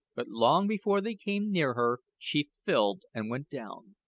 but long before they came near her she filled and went down.